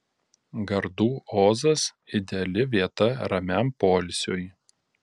gardų ozas ideali vieta ramiam poilsiui